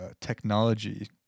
technology